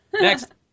Next